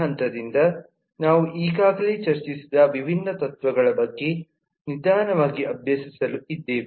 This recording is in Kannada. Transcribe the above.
ಈ ಹಂತದಿಂದ ನಾವು ಈಗಾಗಲೇ ಚರ್ಚಿಸಿದ ವಿಭಿನ್ನ ತತ್ವಗಳ ಬಗ್ಗೆ ನಿಧಾನವಾಗಿ ಅಭ್ಯಸಿಸಲು ಇದ್ದೇವೆ